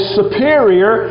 superior